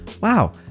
Wow